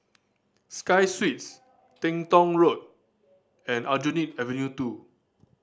Sky Suites Teng Tong Road and Aljunied Avenue Two